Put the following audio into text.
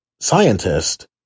Scientist